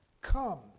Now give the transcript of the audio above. Come